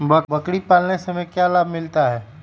बकरी पालने से हमें क्या लाभ मिलता है?